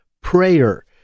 prayer